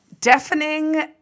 deafening